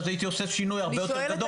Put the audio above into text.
אז הייתי עושה שינוי מאוד גדול.